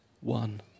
one